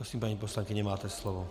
Prosím, paní poslankyně, máte slovo.